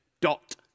dot